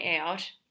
out